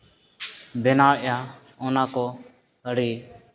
ᱵᱮᱱᱟᱣᱮᱜᱼᱟ ᱚᱱᱟ ᱠᱚ ᱟᱹᱰᱤ